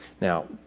Now